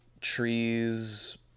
trees